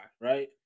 right